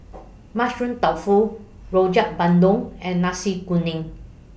Mushroom Tofu Rojak Bandung and Nasi Kuning